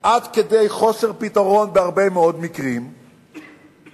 עד כדי חוסר פתרון במקרים רבים מאוד.